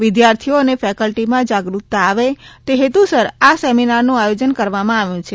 વિદ્યાર્થીઓ અને ફેકલ્ટીમાં જાગૃકત્તા આવે તે હેતુસર આ સેમિનારનું આયોજન કરવામાં આવ્યું છે